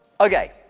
Okay